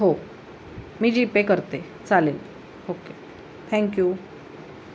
हो मी जीपे करते चालेल ओके थँक्यू